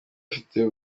afite